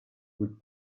would